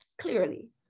clearly